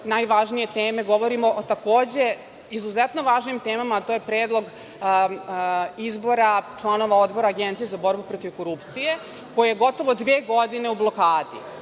najvažnije teme, govorimo o takođe izuzetno važnim temama, a to je predlog izbora članova odbora Agencije za borbu protiv korupcije, koje je gotovo dve godine u blokadi,